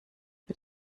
mit